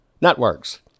Networks